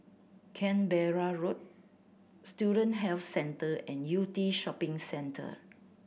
Canberra Road Student Health Centre and Yew Tee Shopping Centre